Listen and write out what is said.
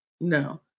no